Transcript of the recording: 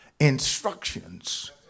Instructions